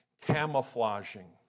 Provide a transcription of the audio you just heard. camouflaging